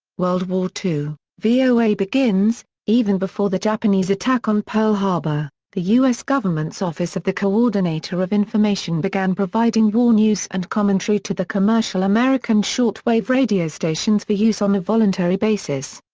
world war ii voa begins even before the japanese attack on pearl harbor, the u s. government's office of the coordinator of information began providing war news and commentary to the commercial american shortwave radio stations for use on a voluntary basis.